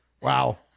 wow